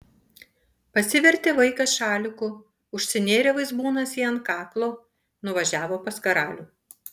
pasivertė vaikas šaliku užsinėrė vaizbūnas jį ant kaklo nuvažiavo pas karalių